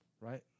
right